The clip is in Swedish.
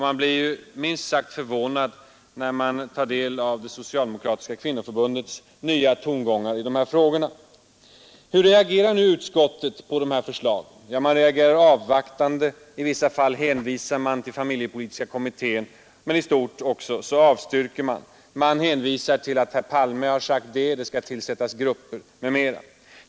Man blir minst sagt förvånad när man tar del av det socialdemokratiska kvinnoförbundets nya tongångar i dessa frågor. Hur reagerar nu utskottet på dessa förslag? Jo, man reagerar avvaktande. I vissa fall hänvisar man till familjepolitiska kommittén. Man hänvisar till att herr Palme sagt det och det, att det tillsatts grupper m.m. men i stort avstyrker man motionen.